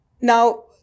Now